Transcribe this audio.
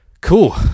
Cool